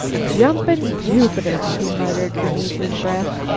jumpin' jupiter! he muttered beneath his breath.